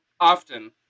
often